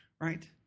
right